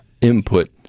input